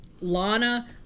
Lana